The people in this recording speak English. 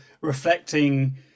reflecting